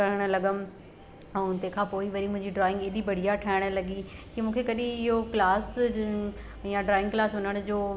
करणु लॻमि ऐं तंहिंखां पोइ वरी मुंहिंजी ड्रॉइंग हेॾी बढ़िया ठाहिणु लॻी की मूंखे कॾी इहो क्लास जूं या ड्राइंग क्लास वञण जो